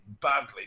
badly